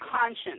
conscience